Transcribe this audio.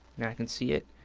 now i can see it.